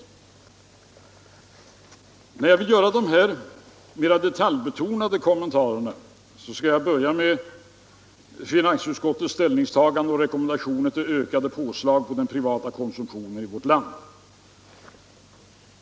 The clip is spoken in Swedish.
När jag vill göra de här mer detaljbetonade kommentarerna skall jag börja med finansutskottets ställningstagande och rekommendationer till ökade påslag på den privata konsumtionen i vårt land.